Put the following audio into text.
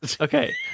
Okay